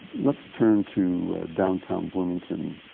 let's turn to downtown bloomington.